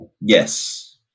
Yes